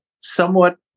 somewhat